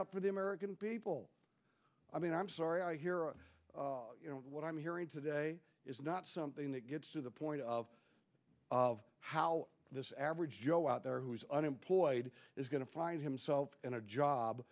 out for the american people i mean i'm sorry i hear you know what i'm hearing today is not something that gets to the point of of how this average joe out there who is unemployed is going to find himself in a job